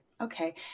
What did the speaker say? Okay